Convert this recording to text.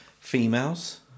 females